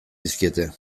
dizkiete